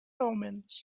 omens